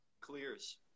Clears